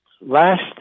last